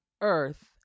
earth